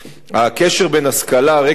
הקשר בין השכלה על רקע חברתי,